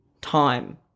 time